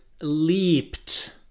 leaped